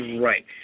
Right